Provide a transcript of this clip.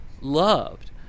loved